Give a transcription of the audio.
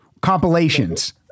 Compilations